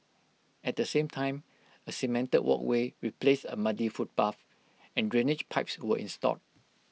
at the same time A cemented walkway replaced A muddy footpath and drainage pipes were installed